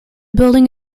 building